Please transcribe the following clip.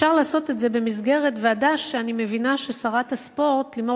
אפשר לעשות את זה במסגרת ועדה שאני מבינה ששרת הספורט לימור